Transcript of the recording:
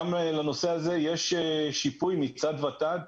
גם לנושא הזה יש שיפוי מצד ות"ת